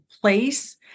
place